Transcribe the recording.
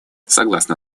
согласно